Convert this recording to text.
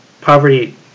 Poverty